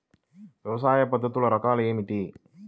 వ్యవసాయ పద్ధతులు రకాలు ఏమిటి?